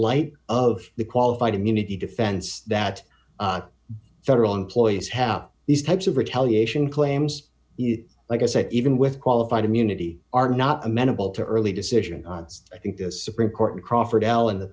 light of the qualified immunity defense that federal employees have these types of retaliation claims you like i say even with qualified immunity are not amenable to early decision i think the supreme court in crawford l in the